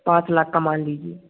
पाँच लाख का मान लीजिए